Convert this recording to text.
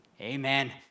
Amen